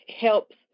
helps